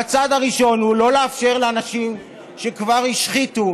והצעד הראשון הוא לא לאפשר לאנשים שכבר השחיתו,